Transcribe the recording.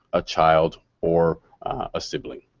a child or a sibling.